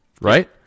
right